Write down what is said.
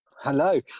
hello